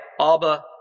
Abba